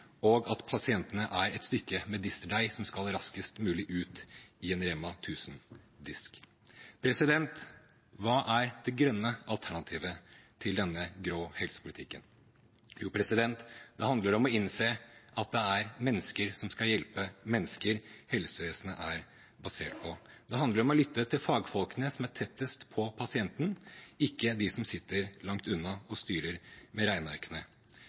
og at pasientene er et stykke medisterdeig som skal raskest mulig ut i en Rema 1000-disk. Hva er det grønne alternativet til denne grå helsepolitikken? Jo, det handler om å innse at helsevesenet er basert på at det er mennesker som skal hjelpe mennesker. Det handler om å lytte til fagfolkene, som er tettest på pasienten, ikke dem som sitter langt unna og styrer med